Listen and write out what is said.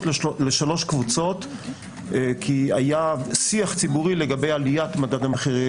לשלוש קבוצות כי היה שיח ציבורי לגבי עליית מחירי